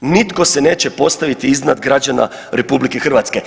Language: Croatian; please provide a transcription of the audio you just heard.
Nitko se neće postaviti iznad građana RH.